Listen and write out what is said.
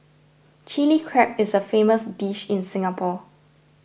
Chilli Crab is a famous dish in Singapore